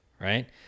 right